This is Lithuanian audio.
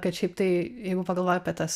kad šiaip tai jeigu pagalvoju apie tas